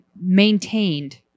maintained